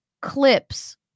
clips